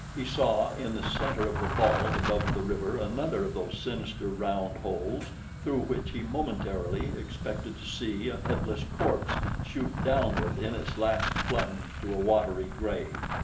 he saw in the center of the vault above the river another of those sinister round holes through which he momentarily expected to see a headless corpse shoot downward in its last plunge to a watery grave.